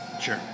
Sure